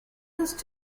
used